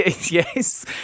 Yes